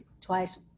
twice